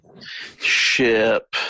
Ship